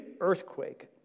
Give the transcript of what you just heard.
earthquake